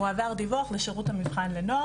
מועבר ידווח לשירות המבחן לנוער,